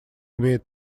имеет